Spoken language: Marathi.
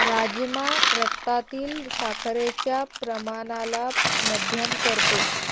राजमा रक्तातील साखरेच्या प्रमाणाला मध्यम करतो